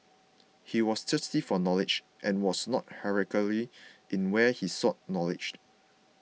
he was thirsty for knowledge and was not in where he sought knowledge